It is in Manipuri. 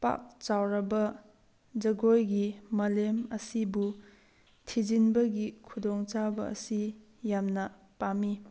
ꯄꯥꯛ ꯆꯥꯎꯔꯕ ꯖꯒꯣꯏꯒꯤ ꯃꯥꯂꯦꯝ ꯑꯁꯤꯕꯨ ꯊꯤꯖꯤꯟꯕꯒꯤ ꯈꯨꯗꯣꯡ ꯆꯥꯕ ꯑꯁꯤ ꯌꯥꯝꯅ ꯄꯥꯝꯃꯤ